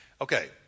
Okay